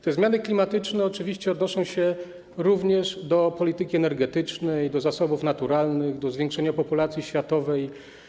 Te zmiany klimatyczne oczywiście odnoszą się również do polityki energetycznej, do zasobów naturalnych, do zwiększenia populacji światowej.